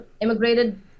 immigrated